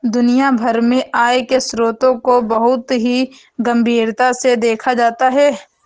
दुनिया भर में आय के स्रोतों को बहुत ही गम्भीरता से देखा जाता है